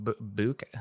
Book